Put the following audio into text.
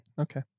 Okay